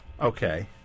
Okay